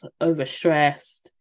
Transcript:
overstressed